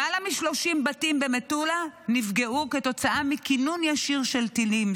למעלה מ-30 בתים במטולה נפגעו כתוצאה מכינון ישיר של טילים,